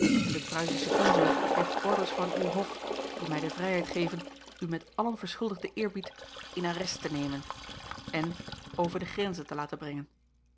en de pruisische consul heeft orders van uw hof die mij de vrijheid geven u met allen verschuldigden eerbied in arrest te nemen en osboom oussaint angs een omweg grenzen te laten brengen